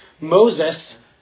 Moses